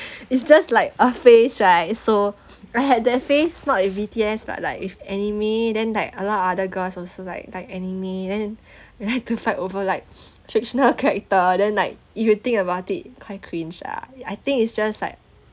it's just like a phase right so I had that phase not with B_T_S lah like if anime then like a lot of other girls also like like anime then they like to fight over like fictional character then like you will think about it quite cringe ah I think it's just like